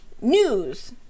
news